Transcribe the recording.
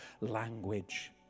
language